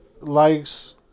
likes